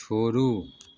छोड़ू